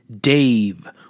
Dave